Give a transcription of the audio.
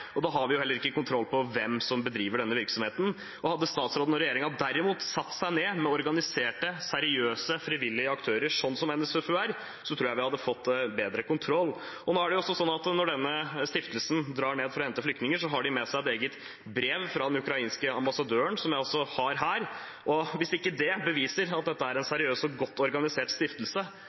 og da har vi heller ikke kontroll på hvem som bedriver denne virksomheten. Hadde statsråden og regjeringen derimot satte seg ned med organiserte, seriøse frivillige aktører, som NSFUR, tror jeg vi hadde fått bedre kontroll. Det også sånn at når denne stiftelsen drar ned for å hente flyktninger, har de med seg et eget brev fra den ukrainske ambassadøren – som jeg også har her. Hvis ikke det beviser at dette er en seriøs og godt organisert stiftelse,